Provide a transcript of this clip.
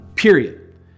Period